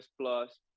plus